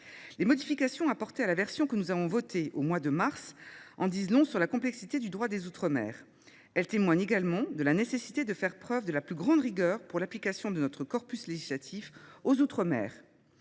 Les modifications apportées à la version que nous avons votée au mois de mars en disent long sur la complexité du droit des outre mer ; elles témoignent également de la nécessité de faire preuve de la plus grande rigueur dans l’application de notre corpus législatif dans ces